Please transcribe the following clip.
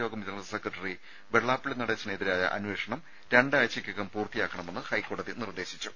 യോഗം general secretary Vellappally നടേശനെതിരായ അന്വേഷണം രണ്ടാഴ്ചക്കകം പൂർത്തിയാക്കണമെന്ന് ഹൈക്കോടതി നിർദ്ദേശിച്ചു